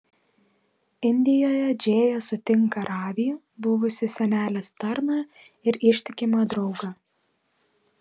indijoje džėja sutinka ravį buvusį senelės tarną ir ištikimą draugą